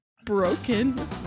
broken